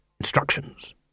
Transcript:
instructions